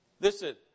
Listen